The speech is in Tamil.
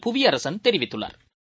புவியரசன் தெரிவித்துள்ளாா்